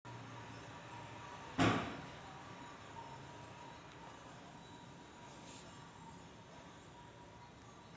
फुलांचा लागवड जास्त प्रमाणात करतात आणि त्यांच्यापासून सौंदर्य प्रसाधने तयार केली जातात